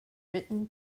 written